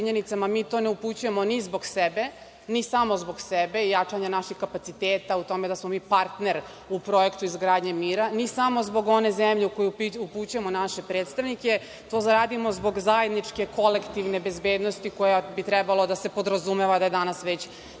Mi to ne upućujemo ni zbog sebe ni samo zbog sebe i jačanja naših kapaciteta u tome da smo mi partner u projektu izgradnje mira, ni samo zbog one zemlje u koju upućujemo naše predstavnike, to radimo zbog zajedničke kolektivne bezbednosti koja bi trebalo da se podrazumeva da je danas već